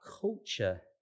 culture